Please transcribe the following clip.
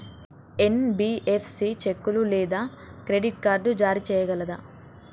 NBFC చెక్కులు లేదా credit card జారీ చేయగలదా?